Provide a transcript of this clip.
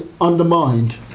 undermined